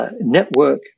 network